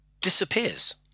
disappears